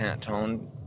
tone